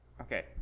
Okay